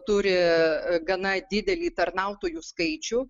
turi gana didelį tarnautojų skaičių